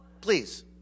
Please